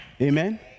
amen